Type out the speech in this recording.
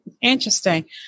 interesting